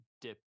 dip